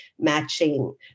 matching